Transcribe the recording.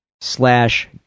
slash